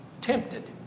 Tempted